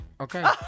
Okay